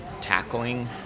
tackling